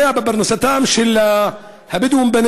שדואג לפרנסתם של הבדואים.